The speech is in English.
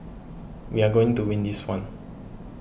we are going to win this one